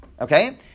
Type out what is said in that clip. Okay